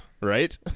right